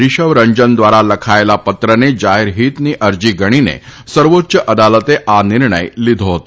રીષવ રંજન દ્વારા લખાયેલ પત્રને જાહેર હિતની અરજી ગણીને સર્વોચ્ય અદાલતે આ નિર્ણય લીધો હતો